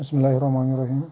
بِسمہِ اللہِ الرحمٰنِ الرَحیٖم